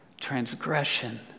transgression